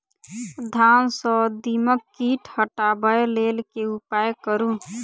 धान सँ दीमक कीट हटाबै लेल केँ उपाय करु?